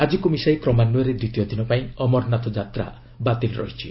ଆଜିକୁ ମିଶାଇ କ୍ରମାନ୍ୱୟରେ ଦ୍ୱିତୀୟ ଦିନପାଇଁ ଅମରନାଥ ଯାତ୍ରା ବାତିଲ୍ ରହିଛି